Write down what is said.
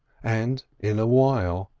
and in a while,